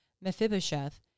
Mephibosheth